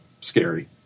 scary